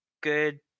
good